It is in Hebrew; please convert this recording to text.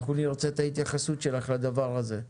אנחנו נרצה את ההתייחסות שלך לדבר הזה.